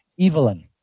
Evelyn